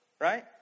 right